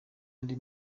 andi